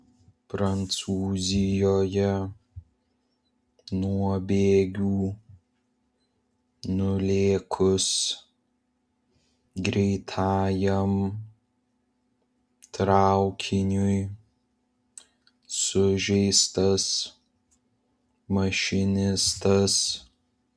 prancūzijoje nuo bėgių nulėkus greitajam traukiniui sužeistas mašinistas